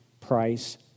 price